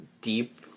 deep